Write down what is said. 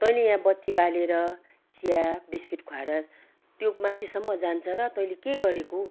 तैँले यहाँ बत्ती बालेर चिया बिस्कुट खुवाएर त्यो माथिसम्म जान्छ र तैँले के गरेको